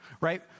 right